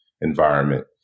environment